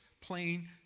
plain